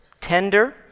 tender